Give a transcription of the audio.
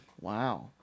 Wow